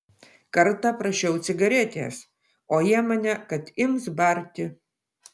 kartą prašiau cigaretės o jie mane kad ims barti